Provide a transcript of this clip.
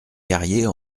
carrier